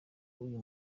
uyu